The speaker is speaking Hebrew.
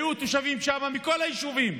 היו תושבים שם מכל היישובים,